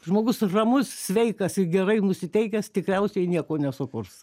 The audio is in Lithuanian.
žmogus ramus sveikas ir gerai nusiteikęs tikriausiai nieko nesukurs